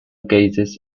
gases